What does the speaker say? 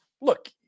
look